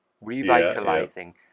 revitalizing